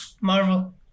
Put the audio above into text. marvel